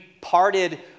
parted